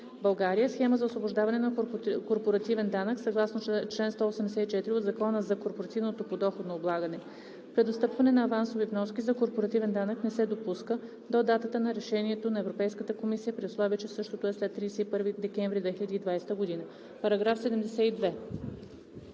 България, Схема за освобождаване от корпоративен данък съгласно чл. 184 от Закона за корпоративното подоходно облагане. Преотстъпване на авансови вноски за корпоративен данък не се допуска до датата на решението на Европейската комисия, при условие че същото е след 31 декември 2020 г.“ По § 72